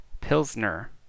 Pilsner